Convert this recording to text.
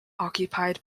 occupied